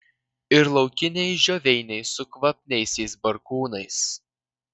ir laukiniai žioveiniai su kvapniaisiais barkūnais